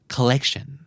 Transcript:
Collection